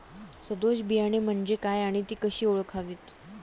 सदोष बियाणे म्हणजे काय आणि ती कशी ओळखावीत?